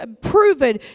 proven